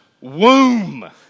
womb